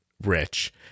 rich